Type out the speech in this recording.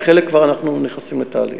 ובחלק כבר אנחנו נכנסים לתהליך.